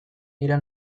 dira